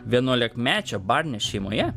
vienuolikmečio barnio šeimoje